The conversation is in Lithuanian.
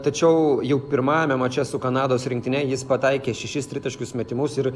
tačiau jau pirmajame mače su kanados rinktine jis pataikė šešis tritaškius metimus ir